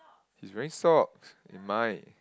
he is wearing socks in mine